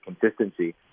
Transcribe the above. consistency